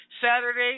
Saturday